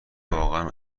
واقعا